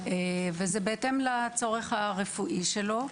וזה בהתאם לצורך הרפואי שלו.